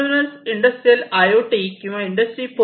म्हणूनच industrial IoT किंवा industry 4